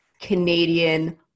Canadian